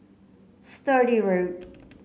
Sturdee Road